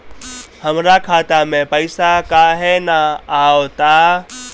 हमरा खाता में पइसा काहे ना आव ता?